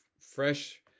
fresh